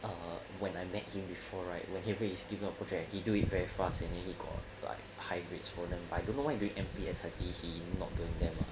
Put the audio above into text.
err when I met him before right whenever he's given a project he do it very fast and then he got like high grades for them but I don't know why during M_P S_I_P he not doing them ah